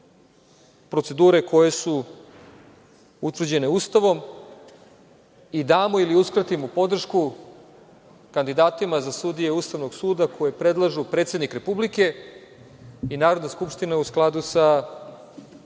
procedure koje su utvrđene Ustavom i damo ili uskratimo podršku kandidatima za sudije Ustavnom suda koje predlažu predsednik Republike i Narodna skupština u skladu sa